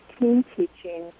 team-teaching